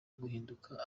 guhinduka